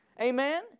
amen